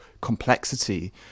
complexity